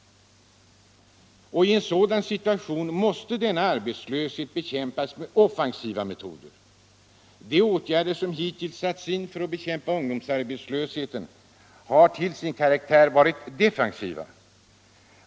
I en sådan situation måste arbetslösheten bekämpas med offensiva metoder. De åtgärder som hittills satts in för att bekämpa ungdomsarbetslösheten har till sin karaktär varit defensiva.